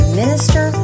minister